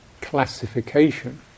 classification